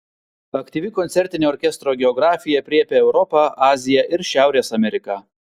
aktyvi koncertinė orkestro geografija aprėpia europą aziją ir šiaurės ameriką